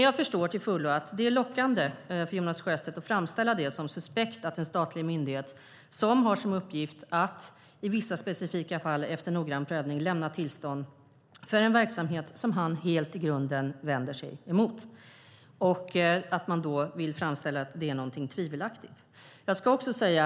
Jag förstår att det är lockande för Jonas Sjöstedt att framställa den statliga myndighet som har till uppgift att i vissa specifika fall efter noggrann prövning lämna tillstånd för en verksamhet som han i grunden är helt emot som tvivelaktig och suspekt.